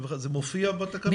זה מופיע בתקנות?